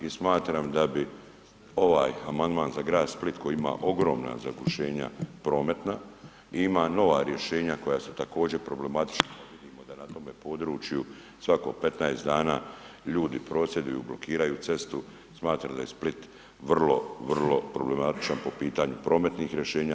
I smatram da bi ovaj amandman za grad Split koji ima ogromna zagušenja prometna i ima nova rješenja koja su također problematična, vidimo da na tome području svako 15 dana ljudi prosvjeduju, blokiraju cestu, smatram da je Split vrlo, vrlo problematičan po pitanju prometnih rješenja.